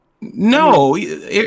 No